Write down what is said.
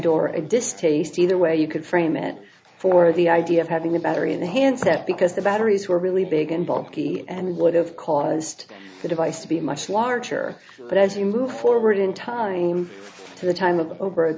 a distaste either way you could frame it for the idea of having a battery in the handset because the batteries were really big and bulky and would have caused the device to be much larger but as you move forward in time to the time o